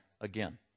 again